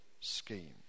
scheme